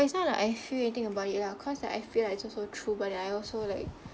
but it's like I feel anything about it lah cause like I feel like it's also true but I also like